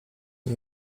nie